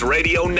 Radio